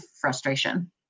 frustration